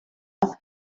fel